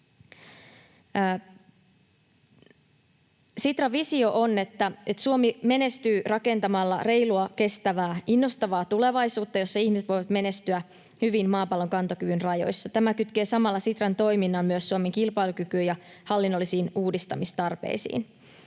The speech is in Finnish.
Sitran visio on, että Suomi menestyy rakentamalla reilua, kestävää, innostavaa tulevaisuutta, jossa ihmiset voivat menestyä hyvin maapallon kantokyvyn rajoissa. Tämä kytkee samalla Sitran toiminnan myös Suomen kilpailukykyyn ja hallinnollisiin uudistamistarpeisiin.